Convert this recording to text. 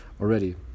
already